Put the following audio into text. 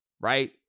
right